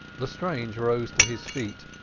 lestrange rose to his feet,